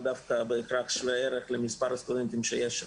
דווקא שווה ערך למספר הסטודנטים שיש שם.